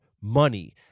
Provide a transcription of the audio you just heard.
money